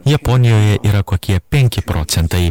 japonijoje yra kokie penki procentai